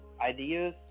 ideas